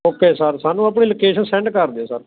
okay sir ਸਾਨੂੰ ਆਪਣੀ location send ਕਰ ਦਿਓ ਸਰ